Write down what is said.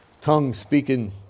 tongue-speaking